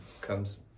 comes